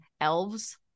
elves